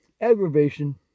aggravation